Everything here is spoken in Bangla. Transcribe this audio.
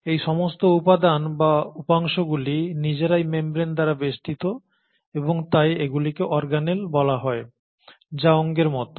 এই সমস্ত উপাদান বা উপাংশগুলি নিজেরাই মেমব্রেন দ্বারা বেষ্টিত এবং তাই এগুলিকে অর্গানেল বলা হয় যা অঙ্গের মতো